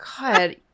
god